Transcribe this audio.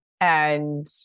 and-